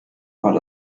fall